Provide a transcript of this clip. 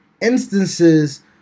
instances